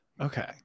Okay